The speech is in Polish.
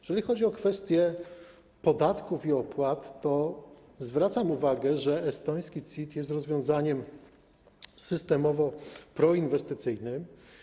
Jeżeli chodzi o kwestię podatków i opłat, to zwracam uwagę, że estoński CIT jest rozwiązaniem systemowym proinwestycyjnym.